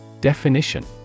Definition